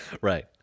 Right